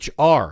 HR